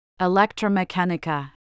Electromechanica